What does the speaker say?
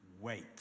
wait